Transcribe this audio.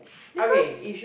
because